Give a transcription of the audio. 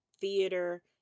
theater